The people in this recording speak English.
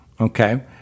Okay